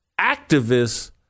Activists